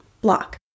block